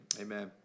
amen